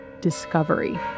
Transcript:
discovery